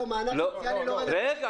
לא, מענק סוציאלי לא --- פעימה שלישית.